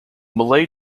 malay